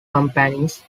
companies